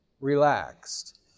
relaxed